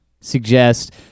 suggest